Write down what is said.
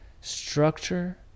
Structure